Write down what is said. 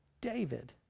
David